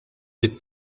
trid